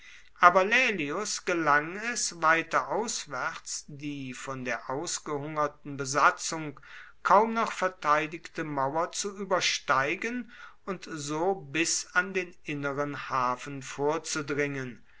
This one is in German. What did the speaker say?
aber laelius gelang es weiter aufwärts die von der ausgehungerten besatzung kaum noch verteidigte mauer zu übersteigen und so bis an den inneren hafen vorzudringen